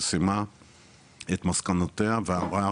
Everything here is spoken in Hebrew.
שפרסמה את מסקנותיה, ואמר